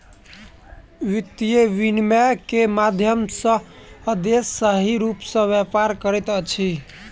वित्तीय विनियम के माध्यम सॅ देश सही रूप सॅ व्यापार करैत अछि